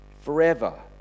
forever